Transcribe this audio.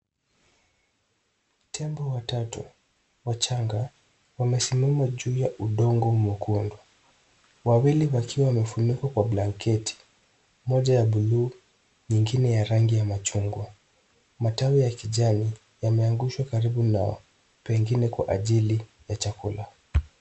Tembo watatu wachanga wamesimama juu ya udongo mwekundu, wawili wakiwa wamefunikwa kwa blanketi, moja ya buluu, nyingine ya rangi ya machungwa. Matawi ya kijani yameangushwa karibu nao, pengine kwa ajili ya chakula.